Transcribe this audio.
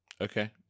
Okay